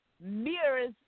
mirrors